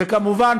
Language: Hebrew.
וכמובן,